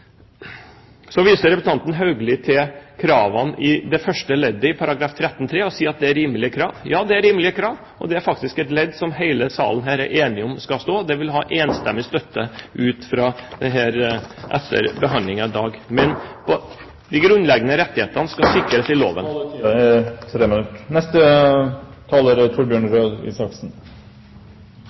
Så viser representanten Haugli til kravene i § 13-3 første ledd og sier at det er rimelige krav. Ja, det er rimelige krav. Det er faktisk et ledd som hele salen her er enig om at skal stå. Det vil ha enstemmig støtte etter behandlingen her i dag. De grunnleggende rettighetene skal sikres i loven.